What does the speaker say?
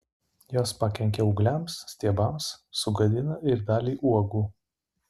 jos pakenkia ūgliams stiebams sugadina ir dalį uogų